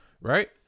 Right